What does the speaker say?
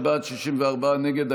55 בעד, 64 נגד.